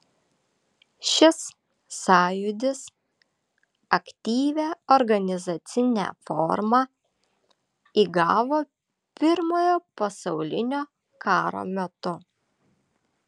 šis sąjūdis aktyvią organizacinę formą įgavo pirmojo pasaulinio karo metu